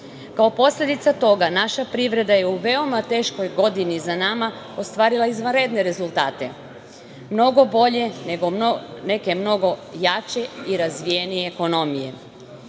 posledica toga, naša privreda je u veoma teškoj godini za nama ostvarila izvanredne rezultate, mnogo bolje nego neke mnogo jače i razvijenije ekonomije.I